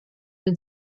been